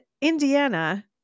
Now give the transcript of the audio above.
Indiana